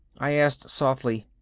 i asked softly,